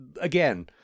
again